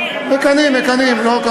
תתבגר, תתבגר.